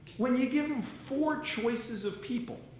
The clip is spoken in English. when you give them four choices of people,